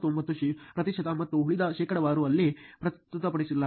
99 ಪ್ರತಿಶತ ಮತ್ತು ಉಳಿದ ಶೇಕಡಾವಾರು ಅಲ್ಲಿ ಪ್ರಸ್ತುತಪಡಿಸಲಾಗಿದೆ